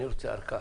אני רוצה ארכה